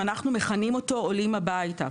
שאנחנו מכנים אותו "עולים הביתה",